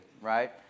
right